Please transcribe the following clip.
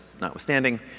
notwithstanding